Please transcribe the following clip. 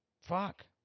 Fuck